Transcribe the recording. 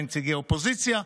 נציגי אופוזיציה,